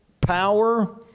power